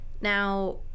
Now